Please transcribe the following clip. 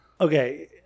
Okay